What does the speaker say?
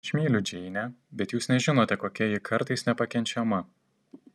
aš myliu džeinę bet jūs nežinote kokia ji kartais nepakenčiama